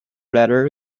bladder